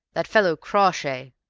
that fellow crawshay?